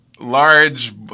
Large